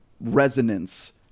resonance